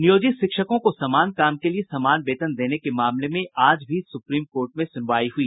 नियोजित शिक्षकों को समान काम के लिए समान वेतन देने के मामले में आज भी सुप्रीम कोर्ट में सुनवाई हुई